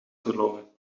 verloren